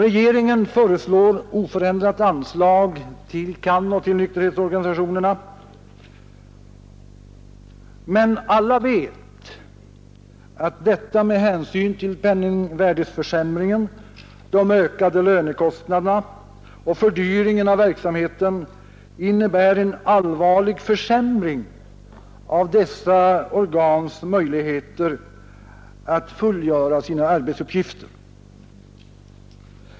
Regeringen föreslår oförändrat anslag till CAN och till nykterhetsorganisationerna, men alla vet, att detta med hänsyn till penningvärdeförsämringen, de ökade lönekostnaderna och fördyringen av verksamheten innebär en allvarlig försämring av dessa organs möjligheter att fullgöra sina arbetsuppgifter.